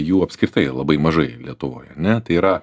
jų apskritai labai mažai lietuvoj ar ne tai yra